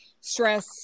stress